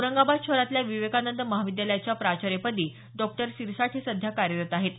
औरंगाबाद शहरातल्या विवेकानंद महाविद्यालयाच्या प्राचार्यपदी डॉक्टर सिरसाठ हे सध्या कार्यरत आहेत